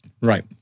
Right